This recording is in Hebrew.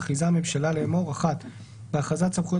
מכריזה הממשלה לאמור: תיקון השם 1. בהכרזת סמכויות